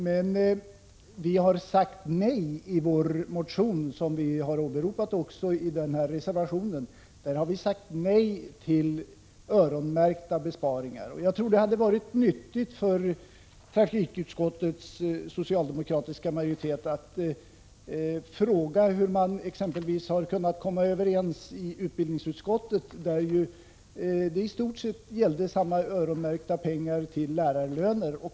Men vi har i vår motion, som åberopas i reservationen, sagt nej till öronmärkta besparingar. Det hade nog varit nyttigt för trafikutskottets socialdemokratiska majoritet att fråga hur socialdemokraterna har kunnat 111 komma överens med folkpartiet i utbildningsutskottet, där det i stort sett gällde samma typ av öronmärkta pengar till lärarlöner.